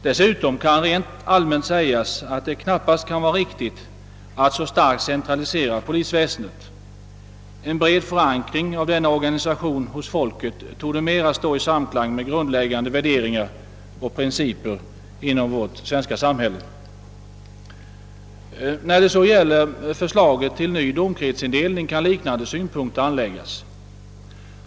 Dessutom kan rent allmänt sägas, att det knappast kan vara riktigt att så starkt centralisera polisväsendet. En bred förankring av denna organisation hos folket torde mera stå i. samklang med grundläggande värderingar och principer inom vårt svenska samhälle. På förslaget till ny domkretsindelning kan liknande synpunkter anläggas.